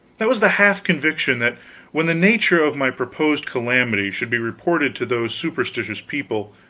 that was the half-conviction that when the nature of my proposed calamity should be reported to those superstitious people,